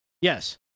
Yes